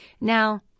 Now